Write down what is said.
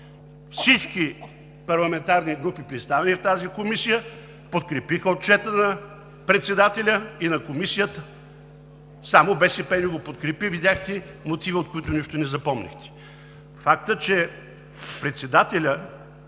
всички парламентарни групи, представени в тази комисия, подкрепиха отчета на председателя и на Комисията, само БСП не го подкрепи, видяхте мотиви, от които нищо не запомнихте. Факт е, че председателят